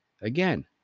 Again